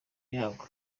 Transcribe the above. yarwo